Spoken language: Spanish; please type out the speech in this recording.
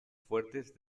fuertes